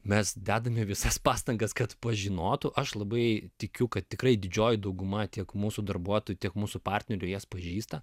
mes dedame visas pastangas kad pažinotų aš labai tikiu kad tikrai didžioji dauguma tiek mūsų darbuotojų tiek mūsų partnerių jas pažįsta